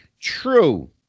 True